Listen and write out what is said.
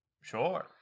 Sure